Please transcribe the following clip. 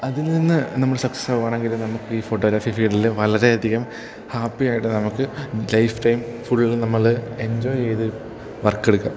അതിൽ നിന്ന് നമ്മൾ സക്സസ് ആകാണെങ്കിൽ നമുക്കീ ഫോട്ടോഗ്രാഫി ഫീൽഡിൽ വളരെയധികം ഹാപ്പിയായിട്ട് നമുക്ക് ലൈഫ് ടൈം ഫുൾ നമ്മൾ എൻജോയ് ചെയ്ത് വർക്ക് എടുക്കാം